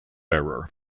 bearer